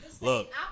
Look